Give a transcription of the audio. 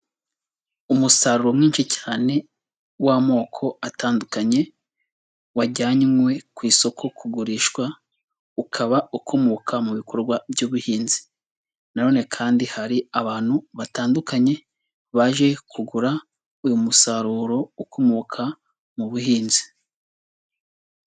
Umusaruro mwinshi cyane, w'amoko atandukanye, wajyanywe ku isoko kugurishwa, ukaba ukomoka mu bikorwa by'ubuhinzi. Nanone kandi hari abantu batandukanye, baje kugura uyu musaruro ukomoka mu buhinzi.